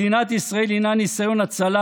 מדינת ישראל הינה ניסיון הצלה,